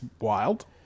wild